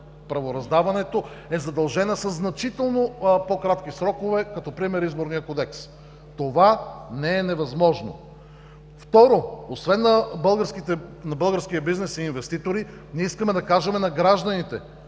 правораздаването, е задължена със значително по-кратки срокове, като пример – Изборният кодекс. Това не е невъзможно. Второ, освен на българския бизнес и инвеститорите, ние искаме да кажем на гражданите,